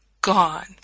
gone